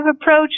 approach